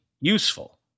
useful